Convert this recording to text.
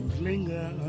linger